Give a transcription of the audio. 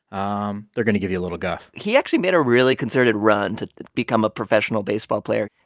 um they're going to give you a little guff he actually made a really concerted run to become a professional baseball player,